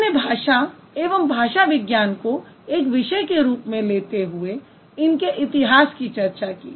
हमने भाषा एवं भाषा विज्ञान को एक विषय के रूप में लेते हुए इनके इतिहास की चर्चा की